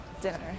dinner